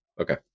Okay